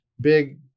big